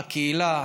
הקהילה,